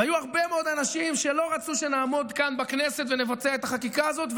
היו הרבה מאוד אנשים שלא רצו שנעמוד כאן בכנסת ונבצע את החקיקה הזאת.